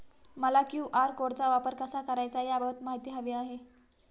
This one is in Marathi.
मला क्यू.आर कोडचा वापर कसा करायचा याबाबत माहिती हवी आहे